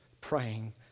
praying